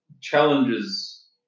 challenges